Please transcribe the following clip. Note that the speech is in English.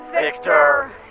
Victor